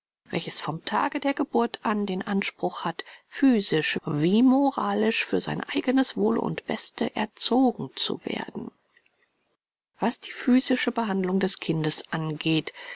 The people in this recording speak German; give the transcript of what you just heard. welches vom tage der geburt an den anspruch hat physisch wie moralisch für sein eignes wohl und beste erzogen zu werden was die physische behandlung des kindes angeht